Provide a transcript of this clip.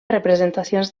representacions